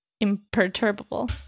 imperturbable